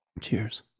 Cheers